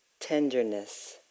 tenderness